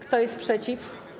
Kto jest przeciw?